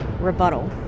rebuttal